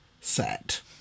set